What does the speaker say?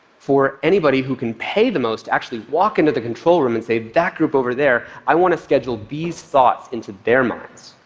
for anybody who can pay the most to actually walk into the control room and say, that group over there, i want to schedule these thoughts into their minds.